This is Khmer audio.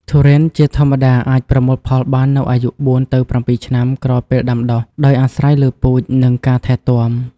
ទុរេនជាធម្មតាអាចប្រមូលផលបាននៅអាយុ ៤ ទៅ ៧ ឆ្នាំ ក្រោយពេលដាំដុះ ដោយអាស្រ័យលើពូជ និងការថែទាំ។